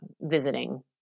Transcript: Visiting